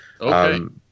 Okay